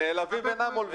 הנעלבים ואינם עולבים,